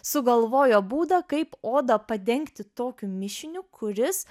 sugalvojo būdą kaip odą padengti tokiu mišiniu kuris